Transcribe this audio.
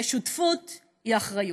ושותפות היא אחריות.